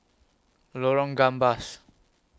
Lorong Gambas